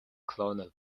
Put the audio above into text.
colonel